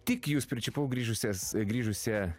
tik jūs pričiupau grįžusias grįžusią